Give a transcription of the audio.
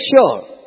sure